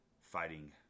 fighting